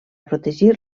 protegir